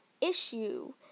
issue